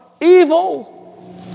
evil